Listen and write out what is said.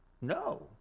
no